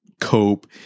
cope